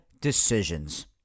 decisions